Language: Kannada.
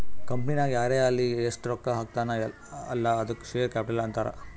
ಕಂಪನಿನಾಗ್ ಯಾರೇ ಆಲ್ಲಿ ಎಸ್ಟ್ ರೊಕ್ಕಾ ಹಾಕ್ತಾನ ಅಲ್ಲಾ ಅದ್ದುಕ ಶೇರ್ ಕ್ಯಾಪಿಟಲ್ ಅಂತಾರ್